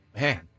Man